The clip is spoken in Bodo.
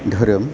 धोरोम